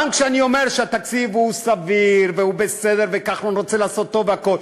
גם כשאני אומר שהתקציב הוא סביר והוא בסדר וכחלון רוצה לעשות טוב והכול,